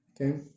Okay